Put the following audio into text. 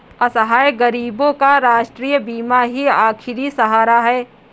असहाय गरीबों का राष्ट्रीय बीमा ही आखिरी सहारा है